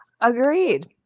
Agreed